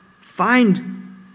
find